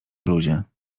bluzie